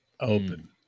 Open